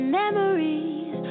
memories